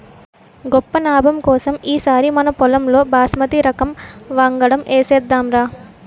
గొప్ప నాబం కోసం ఈ సారి మనపొలంలో బాస్మతి రకం వంగడం ఏసేద్దాంరా